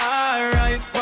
alright